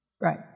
Right